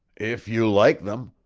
if you like them.